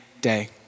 day